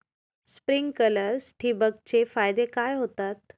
Sprinklers ठिबक चे फायदे काय होतात?